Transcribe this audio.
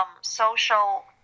social